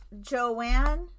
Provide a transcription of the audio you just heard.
Joanne